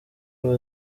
aba